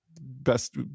best –